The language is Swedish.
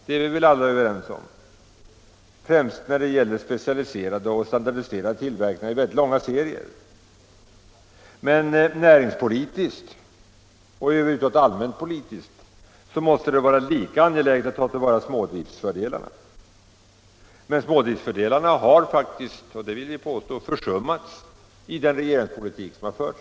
Det är vi väl alla överens om, främst när det gäller specialiserad och standardiserad tillverkning i långa serier. Men näringspolitiskt och allmänt politiskt måste det vara lika angeläget att tillvarata smådriftens fördelar. Och vi vill faktiskt påstå att smådriftens fördelar har försummats i den politik som regeringen hittills har fört.